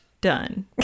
done